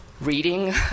reading